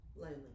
lonely